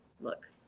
look